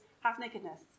half-nakedness